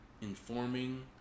informing